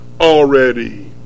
already